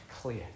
clear